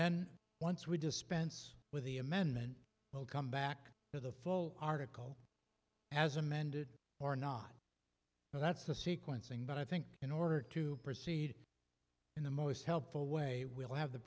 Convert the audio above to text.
then once we dispense with the amendment we'll come back to the full article as amended or not so that's the sequencing but i think in order to proceed in the most helpful way we'll have the